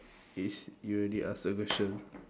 is you already ask a question